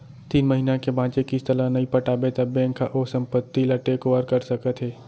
तीन महिना के बांचे किस्त ल नइ पटाबे त बेंक ह ओ संपत्ति ल टेक ओवर कर सकत हे